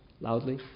loudly